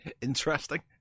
interesting